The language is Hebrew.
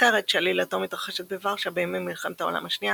סרט שעלילתו מתרחשת בוורשה בימיי מלחמת העולם השנייה,